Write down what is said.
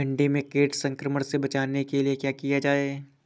भिंडी में कीट संक्रमण से बचाने के लिए क्या किया जाए?